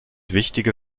wichtige